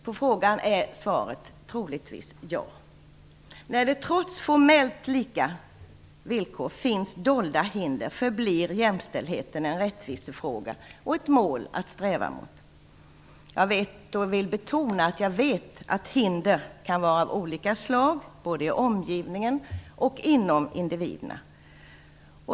På frågan är svaret troligtvis ja. När det trots formellt lika villkor finns dolda hinder förblir jämställdheten en rättvisefråga och ett mål att sträva mot. Jag vill betona att jag vet att hinder kan vara av olika slag både i omgivningen och hos individerna.